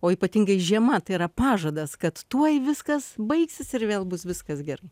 o ypatingai žiema tai yra pažadas kad tuoj viskas baigsis ir vėl bus viskas gerai